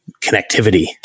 Connectivity